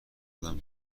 بودم